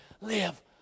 live